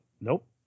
nope